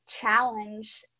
challenge